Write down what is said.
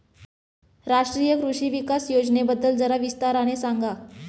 राष्ट्रीय कृषि विकास योजनेबद्दल जरा विस्ताराने सांगा